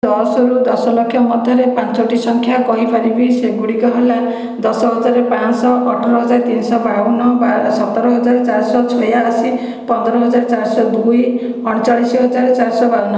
ଦଶରୁ ଦଶଲକ୍ଷ ମଧ୍ୟରେ ପାଞ୍ଚଟି ସଂଖ୍ୟା କହିପାରିବି ସେଗୁଡ଼ିକ ହେଲା ଦଶହଜାର ପାଞ୍ଚଶହ ଅଠର ହଜାର ତିନିଶହ ବାଉନ ସତର ହଜାର ଚାରିଶହ ଛୟାଅଶୀ ପନ୍ଦର ହଜାର ଚାରିଶହ ଦୁଇ ଅଣଚାଳିଶ ହଜାର ଚାରିଶହ ବାଉନ